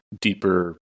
deeper